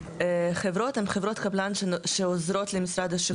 חברות הן חברות קבלן שעוזרות למשרד השיכון.